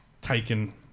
Taken